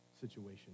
situation